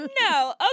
no